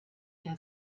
der